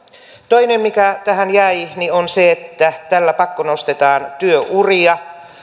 toinen mikä tähän jäi on se että tällä pakkonostetaan työuria